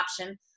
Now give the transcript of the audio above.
option